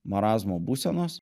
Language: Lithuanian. marazmo būsenos